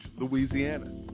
Louisiana